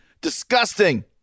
Disgusting